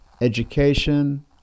education